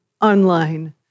online